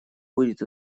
будет